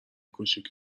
کوچیک